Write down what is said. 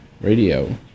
Radio